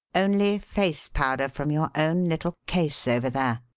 only face powder from your own little case over there,